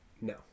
No